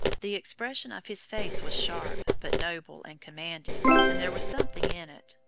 the expression of his face was sharp, but noble and commanding, and there was something in it,